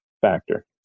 factor